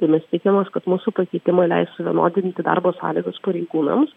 ir mes tikimės kad mūsų pakeitimai leis suvienodinti darbo sąlygas pareigūnams